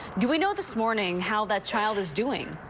do we know this morning how that child is doing?